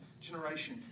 generation